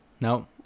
no